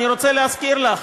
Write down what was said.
אני רוצה להזכיר לך,